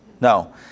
No